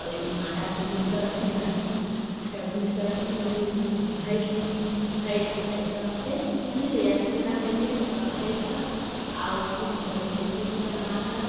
ओहि आटा गूलिके रखले रहली आटा गूलिके रखने रहली ओहिमे भरली भरिके एकदम से मने बुलियै जेना कयलियै ओकरा भरिके आओर पूरी बनेलियै पूरी बना कऽ